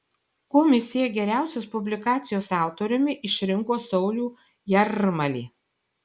komisija geriausios publikacijos autoriumi išrinko saulių jarmalį